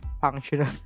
functional